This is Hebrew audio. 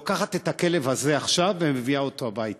לוקחת את הכלב הזה עכשיו ומביאה אותו הביתה?